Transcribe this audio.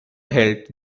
held